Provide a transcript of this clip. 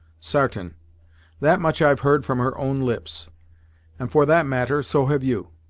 sartain that much i've heard from her own lips and, for that matter, so have you.